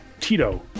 Tito